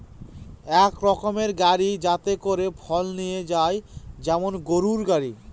এক রকমের গাড়ি যাতে করে ফল নিয়ে যায় যেমন গরুর গাড়ি